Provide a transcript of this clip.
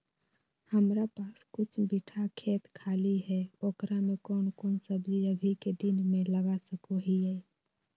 हमारा पास कुछ बिठा खेत खाली है ओकरा में कौन कौन सब्जी अभी के दिन में लगा सको हियय?